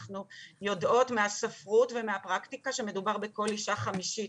אנחנו יודעות מהספרות ומהפרקטיקה שמדובר בכל אישה חמישית.